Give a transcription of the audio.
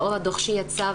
לאור הדו"ח שיצא,